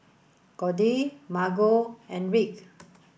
Codey Margo and Rick